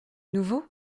nouveau